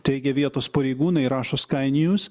teigė vietos pareigūnai rašo skai niūs